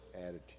attitude